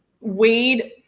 Wade